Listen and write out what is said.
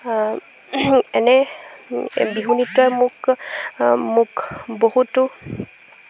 এনে বিহু নৃত্যই মোক মোক বহুতো